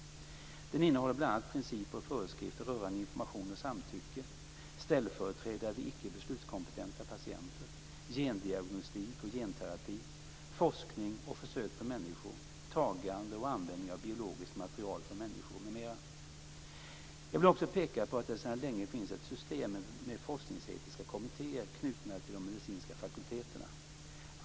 Den innehåller bl.a. principer och föreskrifter rörande information och samtycke, ställföreträdare för icke beslutskompetenta patienter, gendiagnostik och genterapi, forskning och försök på människor, tagande och användning av biologiskt material från människor m.m. Jag vill också peka på att det sedan länge finns ett system med forskningsetiska kommittéer knutna till de medicinska fakulteterna.